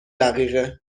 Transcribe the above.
دقیقه